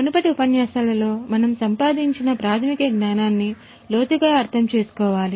మునుపటి ఉపన్యాసాలలో మనం సంపాదించిన ప్రాథమిక జ్ఞానాన్ని లోతుగా అర్థం చేసుకోవాలి